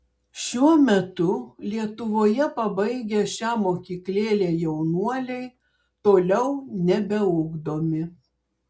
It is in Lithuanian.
šiuo metu lietuvoje pabaigę šią mokyklėlę jaunuoliai toliau nebeugdomi